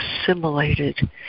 assimilated